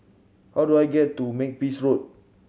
how do I get to Makepeace Road